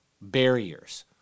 barriers